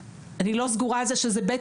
אני לא סגורה על זה שזה ב',